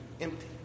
empty